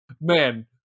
man